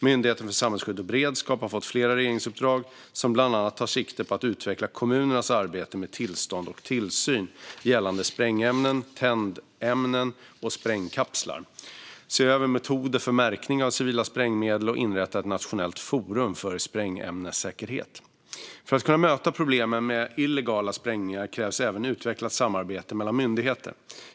Myndigheten för samhällsskydd och beredskap har fått flera regeringsuppdrag som bland annat tar sikte på att utveckla kommunernas arbete med tillstånd och tillsyn gällande sprängämnen, tändämnen och sprängkapslar, se över metoder för märkning av civila sprängmedel och inrätta ett nationellt forum för sprängämnessäkerhet. För att kunna möta problemen med illegala sprängningar krävs även utvecklat samarbete mellan myndigheter.